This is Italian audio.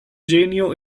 genio